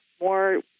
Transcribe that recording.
more